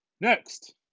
Next